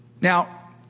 Now